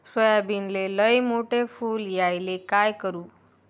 सोयाबीनले लयमोठे फुल यायले काय करू?